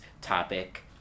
topic